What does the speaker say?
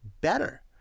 better